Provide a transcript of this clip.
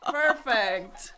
perfect